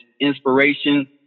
inspiration